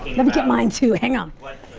let me get mine too, hang on. oh,